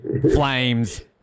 flames